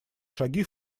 шаги